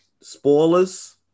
Spoilers